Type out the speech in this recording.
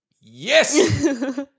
yes